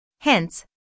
Hence